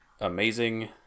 amazing